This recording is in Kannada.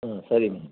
ಹಾಂ ಸರಿ ಮಾ